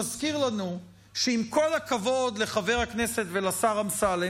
מזכיר לנו שעם כל הכבוד לחבר הכנסת והשר אמסלם,